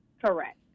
Correct